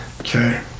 Okay